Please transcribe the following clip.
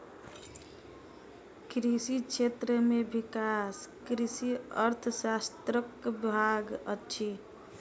कृषि क्षेत्र में विकास कृषि अर्थशास्त्रक भाग अछि